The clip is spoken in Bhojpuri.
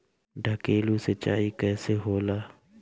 ढकेलु सिंचाई कैसे होला?